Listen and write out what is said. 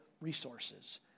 resources